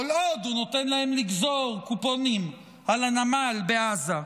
כל עוד הוא נותן להם לגזור קופונים על הנמל בעזה.